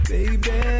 Baby